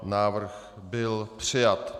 Návrh byl přijat.